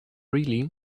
really